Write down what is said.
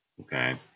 Okay